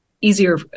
easier